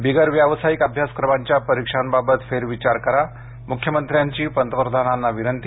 बिगर व्यावसायिक अभ्यासक्रमांच्या परिक्षांबाबत फेरविचार करा मुख्यमंत्र्यांची पतप्रधानांना विनती